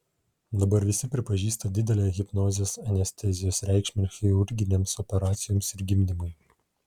dabar visi pripažįsta didelę hipnozės anestezijos reikšmę chirurginėms operacijoms ir gimdymui